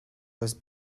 was